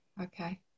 Okay